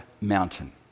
mountain